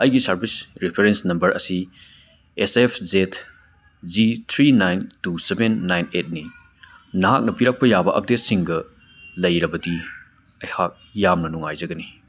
ꯑꯩꯒꯤ service reference number ꯑꯁꯤ S F Z G three nine two seven nine eight ꯅꯤ ꯅꯍꯥꯛꯅ ꯄꯤꯔꯛꯄ ꯌꯥꯕ ꯑꯞꯗꯦꯠꯁꯁꯤꯡꯒ ꯂꯩꯔꯕꯗꯤ ꯑꯩꯍꯥꯛ ꯌꯥꯝꯅ ꯅꯨꯡꯉꯥꯏꯖꯒꯅꯤ